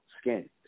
skin